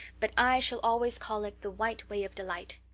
but i shall always call it the white way of delight.